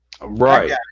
Right